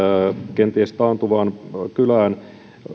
kenties taantuvaan kylään